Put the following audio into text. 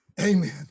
Amen